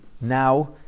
now